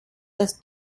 das